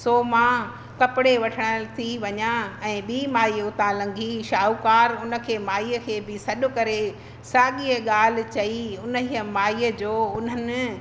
सो मां कपिड़े वठण थी वञा ऐं ॿी माई उतां लंघी शाहूकारु उन खे माईअ खे बि सॾु करे साॻिए ॻाल्हि चई उन हीअ माईअ जो उन्हनि